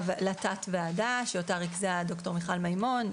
לתת-הוועדה שאותה ריכזה ד"ר מיכל מימון,